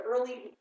early